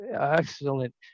excellent